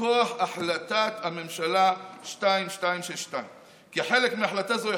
מכוח החלטת הממשלה 2262. כחלק מהחלטה זו,